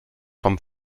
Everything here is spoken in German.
vom